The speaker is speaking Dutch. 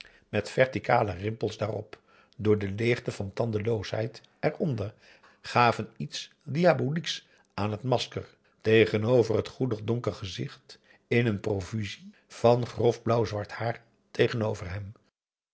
met verticale rimpels daarop door de leegte van tandeloosheid eronder gaven iets diabolieks aan het masker tegenover het goedig donker gezicht in een profusie van grof blauwzwart haar tegenover hem